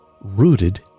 rooted